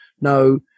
No